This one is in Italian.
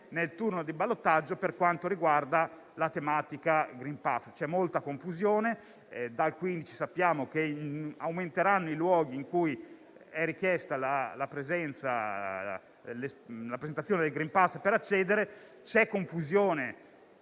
nel turno di ballottaggio per quanto riguarda la tematica *green pass*. C'è molta confusione. Sappiamo che dal 15 ottobre aumenteranno i luoghi in cui è richiesta la presentazione del *green pass* per accedere; c'è confusione